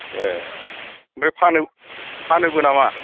ए ओमफ्राय फानोबो नामा